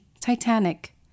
Titanic